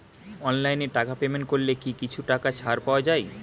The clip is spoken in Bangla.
অনলাইনে টাকা পেমেন্ট করলে কি কিছু টাকা ছাড় পাওয়া যায়?